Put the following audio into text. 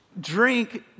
drink